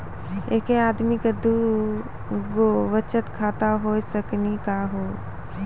एके आदमी के दू गो बचत खाता हो सकनी का हो?